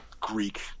Greek